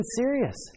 serious